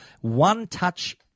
one-touch